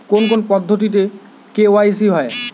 কোন কোন পদ্ধতিতে কে.ওয়াই.সি হয়?